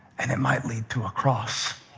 and it might lead to a cross,